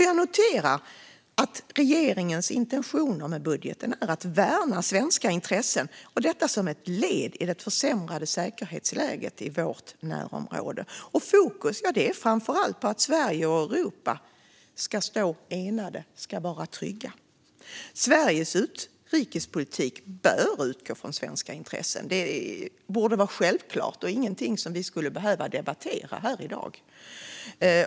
Jag noterar att regeringens intentioner med budgeten är att värna svenska intressen, som ett led i det försämrade säkerhetsläget i vårt närområde. Fokus är framför allt på att Sverige och Europa ska stå enade och ska vara trygga. Sveriges utrikespolitik bör utgå från svenska intressen. Det borde vara självklart och inget som vi skulle behöva debattera här i dag.